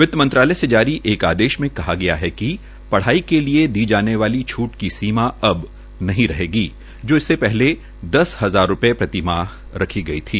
वित्त मंत्रालय द्वारा जारी एक आदेश में कहा गया है कि पढ़ाई के लिए दी जाने वाली छूट की सीमा अब नहीं रहेगी जो इससे पहले दस हजार रूपये प्रति माह रखी गयी थी